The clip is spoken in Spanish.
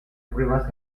pruebas